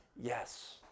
yes